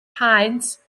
paent